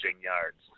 yards